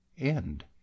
end